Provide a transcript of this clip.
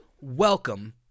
Welcome